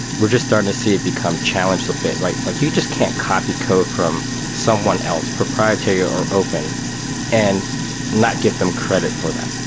we're just starting to see it become challenged a bit, right? like you just can't copy code from someone else proprietary or open and not give them credit for that,